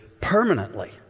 permanently